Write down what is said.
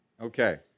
Okay